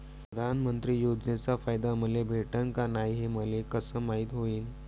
प्रधानमंत्री योजनेचा फायदा मले भेटनं का नाय, हे मले कस मायती होईन?